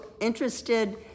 interested